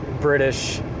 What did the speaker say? British